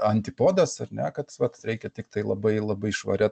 antipodas ar ne kad vat reikia tiktai labai labai švaria